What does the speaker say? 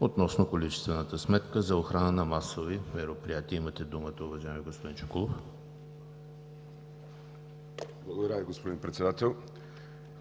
относно количествената сметка за охрана на масови мероприятия. Имате думата, уважаеми господин Чуколов. ДЕСИСЛАВ ЧУКОЛОВ (ОП): Благодаря Ви, господин Председател.